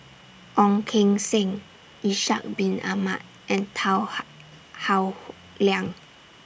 Ong Keng Sen Ishak Bin Ahmad and Tan How Howe Liang